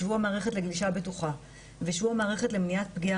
שבוע מערכת לגלישה בטוחה ושבוע מערכת למניעת פגיעה